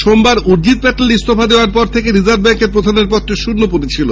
সোমবার উর্জিত প্যাটেল ইস্তফা দেওয়ার পর রিজার্ভ ব্যাঙ্কের প্রধানের পদটি শূন্য পড়েছিল